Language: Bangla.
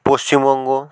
পশ্চিমবঙ্গ